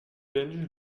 belge